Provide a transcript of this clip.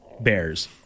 Bears